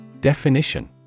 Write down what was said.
Definition